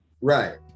Right